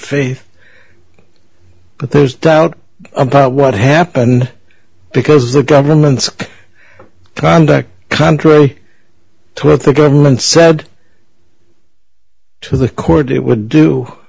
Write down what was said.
faith but there's doubt about what happened because the government's conduct contrary to what the government said to the court it would do